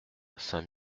saint